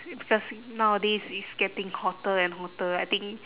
is it because nowadays is getting hotter and hotter I think